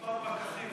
מספר פקחים,